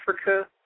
Africa